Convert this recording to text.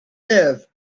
live